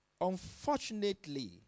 unfortunately